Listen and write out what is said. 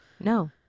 No